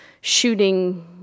shooting